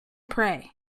pray